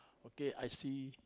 okay I see